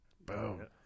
Boom